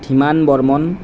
Dhiman Barman